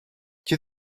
you